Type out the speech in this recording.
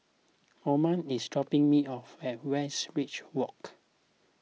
Oma is dropping me off at Westridge Walk